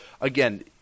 again